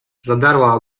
zadarła